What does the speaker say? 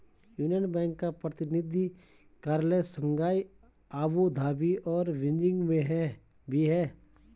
union Bank का प्रतिनिधि कार्यालय शंघाई अबू धाबी और बीजिंग में भी है